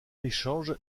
échange